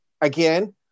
again